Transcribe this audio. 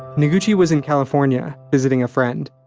noguchi was in california, visiting a friend,